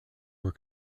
were